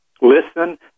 listen